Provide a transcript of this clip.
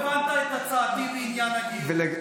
לא הבנת את הצעתי בעניין הגיור.